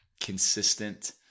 consistent